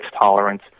tolerance